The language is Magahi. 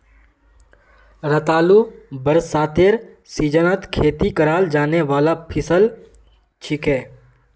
रतालू बरसातेर सीजनत खेती कराल जाने वाला फसल छिके